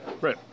Right